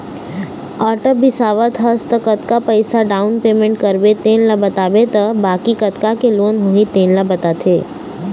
auto बिसावत हस त कतका पइसा डाउन पेमेंट करबे तेन ल बताबे त बाकी कतका के लोन होही तेन ल बताथे